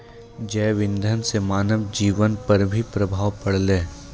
जैव इंधन से मानव जीबन पर भी प्रभाव पड़लै